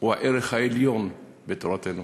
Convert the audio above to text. היא הערך העליון בתורתנו.